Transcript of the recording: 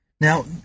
Now